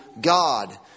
God